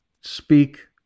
speak